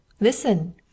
Listen